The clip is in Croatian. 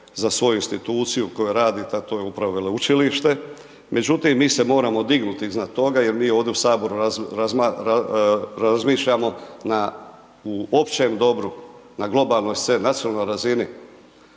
za svoju instituciju u kojoj radite, a to je upravo Veleučilište, međutim mi se moramo dignuti iznad toga, jer mi ovdje u Saboru razmišljamo na, u općem dobru, na globalnoj sceni, nacionalnoj razini.